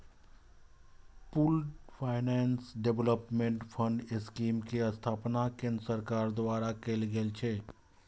pooled finance development fund scheme के स्थापना केंद्र सरकार द्वारा कैल गेल छै